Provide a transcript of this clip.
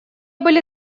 были